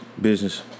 business